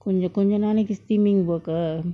கொஞ்ச கொஞ்ச நாளைக்கு:konja konja naalaiku steaming work ah